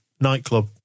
nightclub